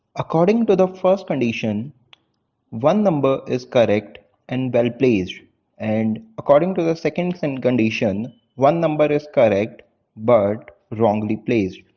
according to the first condition one number is correct and well placed and according to the second and condition one number is correct but wrongly placed,